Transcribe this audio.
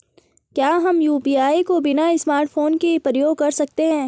क्या हम यु.पी.आई को बिना स्मार्टफ़ोन के प्रयोग कर सकते हैं?